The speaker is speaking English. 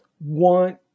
want